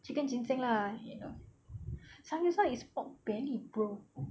chicken ginseng lah you know samgyeopsal is pork belly bro